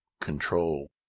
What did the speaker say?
control